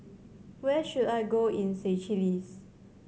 where should I go in Seychelles